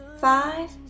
five